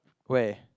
where